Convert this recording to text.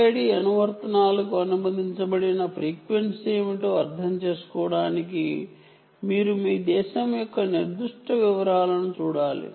RFID అనువర్తనాలకు అనుమతించబడిన frequency ఏమిటో అర్థం చేసుకోవడానికి మీరు మీ దేశం యొక్క నిర్దిష్ట వివరాలను చూడాలి